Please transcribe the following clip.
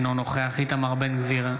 אינו נוכח איתמר בן גביר,